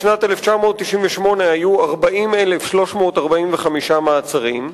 בשנת 1998 היו 40,345 מעצרים,